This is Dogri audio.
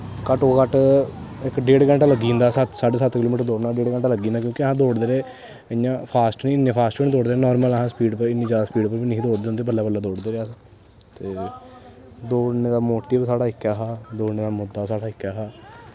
घट्टो घट्ट इक डेढ घैंटा लग्गी जंदा सत्त साड्ढे सत्त किलो मीटर दौड़ना होऐ डेढ घैंटा लग्गी जंदा क्योंकि अस दौड़दे रेह् इ'यां फास्ट इन्ने फास्ट बी निं दौड़दे नार्मल अस फील्ड उप्पर इ'यां इन्नी जादा स्पीड बी नेईं हे दौड़दे बल्लें बल्लें दौड़दे रेह् अस ते दौड़ने दा मोटिव साढ़ा इक्कै हा दौड़ने दा मुद्दा साढ़ा इक्कै हा